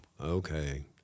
okay